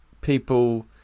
people